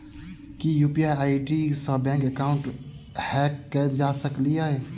की UPI ID सऽ bank account hack कैल जा सकलिये?